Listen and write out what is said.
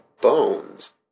Bones